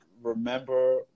remember